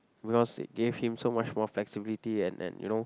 because it gave him so much more flexibility and and you know